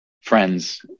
friends